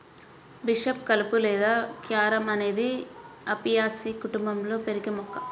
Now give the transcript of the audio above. bishop కలుపు లేదా carom అనేది అపియాసి కుటుంబంలో పెరిగే మొక్క